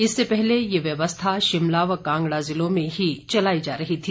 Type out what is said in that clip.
इससे पहले ये व्यवस्था शिमला व कांगड़ा जिलों में ही चलाई जा रही थी